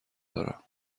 دارم